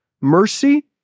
mercy